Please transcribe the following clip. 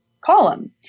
column